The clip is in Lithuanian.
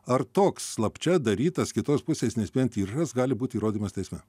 ar toks slapčia darytas kitos pusės neįspėjant įrašas gali būt įrodymas teisme